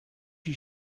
you